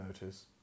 notice